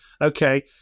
Okay